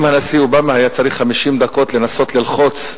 אם הנשיא אובמה היה צריך 50 דקות לנסות ללחוץ,